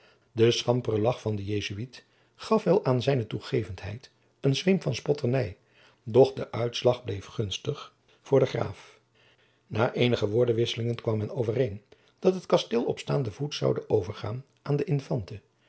de schampere lagch van den jesuit gaf wel aan zijne toegevendheid een zweem van spotternij doch de uitslag bleef gunstig voor den graaf na eenige woordenwisselingen kwam men overeen dat het kasteel op staande voet zoude overgaan aan de infante